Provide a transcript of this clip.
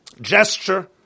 gesture